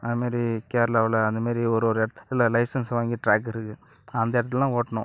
அதை மாதிரி கேரளாவுல அந்த மாரி ஒரு ஒரு இடத்துல லைசென்ஸ் வாங்கி ட்ராக் இருக்குது அந்த இடத்துல தான் ஓட்டணும்